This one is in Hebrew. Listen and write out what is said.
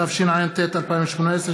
התשע"ט 2018,